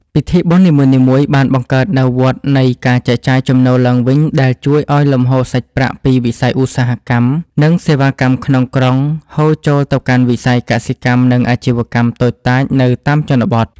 ពិធីបុណ្យនីមួយៗបានបង្កើតនូវវដ្តនៃ "ការចែកចាយចំណូលឡើងវិញ" ដែលជួយឱ្យលំហូរសាច់ប្រាក់ពីវិស័យឧស្សាហកម្ម និងសេវាកម្មក្នុងក្រុង ហូរចូលទៅកាន់វិស័យកសិកម្ម និងអាជីវកម្មតូចតាចនៅតាមជនបទ។